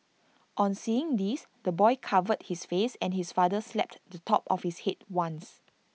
on seeing this the boy covered his face and his father slapped to top of his Head once